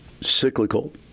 cyclical